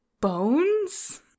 bones